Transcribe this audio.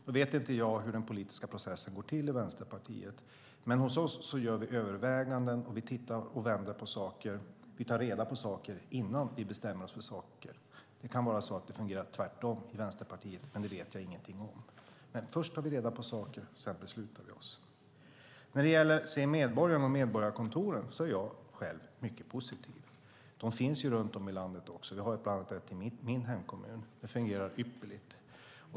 Nu vet inte jag hur den politiska processen går till i Vänsterpartiet. Men hos oss gör vi överväganden och tittar och vänder på saken. Vi tar reda på saker innan vi bestämmer oss. Det kan vara så att det fungerar tvärtom i Vänsterpartiet. Men det vet jag ingenting om. Först tar vi reda på saker, och sedan beslutar vi oss. När det gäller Se medborgaren och medborgarkontoren är jag själv mycket positiv. De finns runt om i landet. Vi har bland annat ett i min hemkommun. Det fungerar ypperligt.